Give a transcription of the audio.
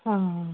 آ آ